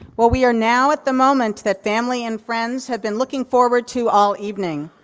well, we are now at the moment that family and friends have been looking forward to all evening,